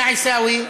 יא עיסאווי,